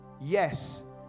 yes